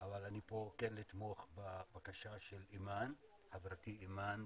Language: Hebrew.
אבל אני כן אתמוך בבקשה של חברתי אימאן.